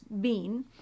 bean